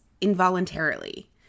involuntarily